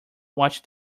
watch